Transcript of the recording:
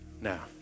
now